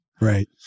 Right